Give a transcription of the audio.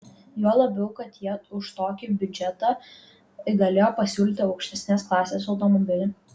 juo labiau kad jie už tokį biudžetą galėjo pasiūlyti aukštesnės klasės automobilį